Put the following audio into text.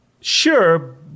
sure